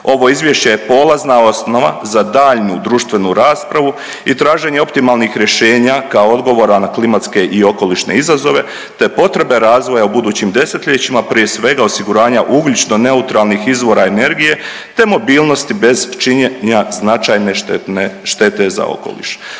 Ovo izvješće je polazna osnova za daljnju društvenu raspravu i traženje optimalnih rješenja kao odgovora na klimatske i okolišne izazove, te potrebe razvoja u budućim desetljećima prije svega osiguranja ugljično neutralnih izvora energije, te mobilnosti bez činjenja značajne štete za okoliš.